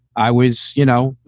i was, you know,